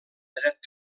dret